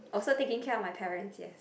oh so taking care of my parents yes